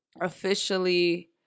officially